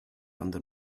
under